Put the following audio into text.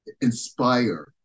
inspire